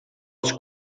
els